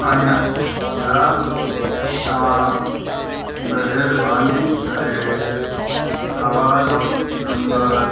आहियां छा तव्हां महिरबानी करे हवालो नम्बर